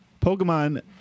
Pokemon